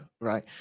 right